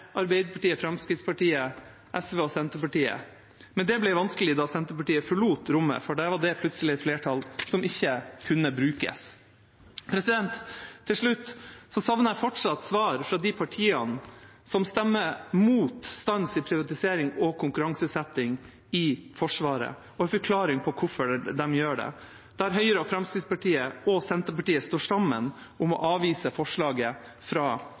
Arbeiderpartiet, Fremskrittspartiet, SV og Senterpartiet, men det ble vanskelig da Senterpartiet forlot rommet, for da var det plutselig et flertall som ikke kunne brukes. Til slutt: Jeg savner fortsatt svar fra de partiene som stemmer imot stans i privatisering og konkurranseutsetting i Forsvaret, og en forklaring på hvorfor de gjør det, der Høyre og Fremskrittspartiet og Senterpartiet står sammen om å avvise forslaget fra